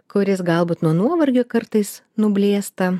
kuris galbūt nuo nuovargio kartais nublėsta